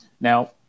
now